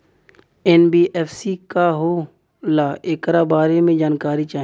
NBFC का होला ऐकरा बारे मे जानकारी चाही?